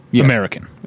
American